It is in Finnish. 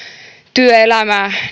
työelämää